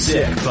Sick